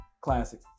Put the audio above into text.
Classic